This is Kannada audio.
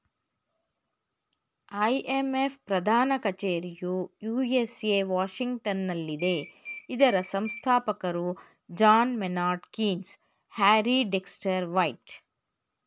ಐ.ಎಂ.ಎಫ್ ಪ್ರಧಾನ ಕಚೇರಿಯು ಯು.ಎಸ್.ಎ ವಾಷಿಂಗ್ಟನಲ್ಲಿದೆ ಇದರ ಸಂಸ್ಥಾಪಕರು John Maynard Keynes, Harry Dexter white